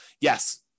yes